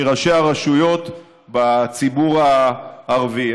מראשי הרשויות בציבור הערבי.